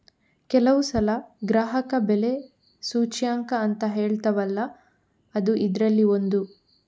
ಕೆಲವು ಸಲ ಗ್ರಾಹಕ ಬೆಲೆ ಸೂಚ್ಯಂಕ ಅಂತ ಹೇಳ್ತೇವಲ್ಲ ಅದೂ ಇದ್ರಲ್ಲಿ ಒಂದು